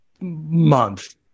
month